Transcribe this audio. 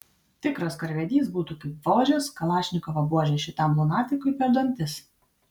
tikras karvedys būtų kaip vožęs kalašnikovo buože šitam lunatikui per dantis